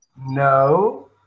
no